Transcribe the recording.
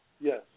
Yes